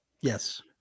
Yes